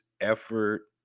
effort